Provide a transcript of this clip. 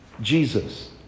Jesus